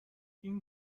این